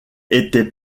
étaient